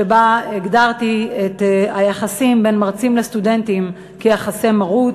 שבה הגדרתי את היחסים בין מרצים לסטודנטים כיחסי מרות,